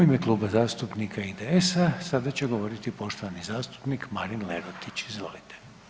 U ime Kluba zastupnika IDS-a, sada će govoriti poštovani zastupnik Marin Lerotić, izvolite.